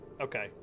Okay